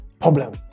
Problem